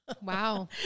Wow